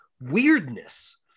weirdness